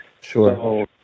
Sure